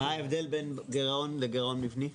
מה ההבדל בין גירעון לגירעון מבני?